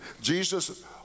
Jesus